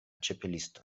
ĉapelisto